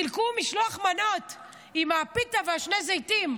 חילקו משלוח מנות עם פיתה ושני זיתים,